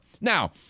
Now